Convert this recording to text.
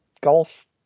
golf